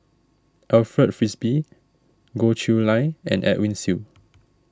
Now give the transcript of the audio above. Alfred Frisby Goh Chiew Lye and Edwin Siew